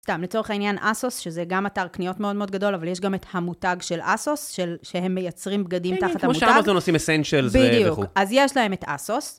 סתם, לצורך העניין, אסוס, שזה גם אתר קניות מאוד מאוד גדול, אבל יש גם את המותג של אסוס, שהם מייצרים בגדים תחת המותג. בדיוק, כמו שאמרת, הם עושים אסנצ'ל וכו'. בדיוק, אז יש להם את אסוס.